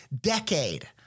decade